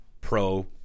pro